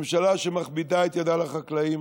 ממשלה שמכבידה את ידה על החקלאים